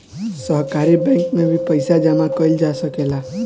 सहकारी बैंक में भी पइसा जामा कईल जा सकेला